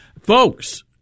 Folks